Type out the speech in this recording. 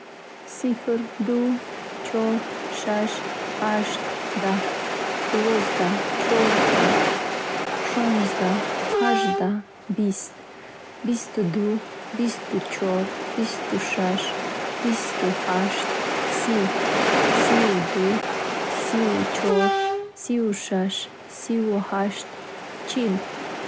Сифр, ду, чор, шаш, ҳашт, даҳ, дувоздаҳ, чордаҳ, шонздаҳ, ҳаждаҳ, бист, бисту ду, бисту чор, бисту шаш, бисту ҳашт, сӣ, сиву ду, сиву чор, сиву шаш, сиву ҳашт, чил.